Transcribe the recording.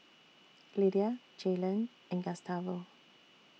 Lydia Jaylon and Gustavo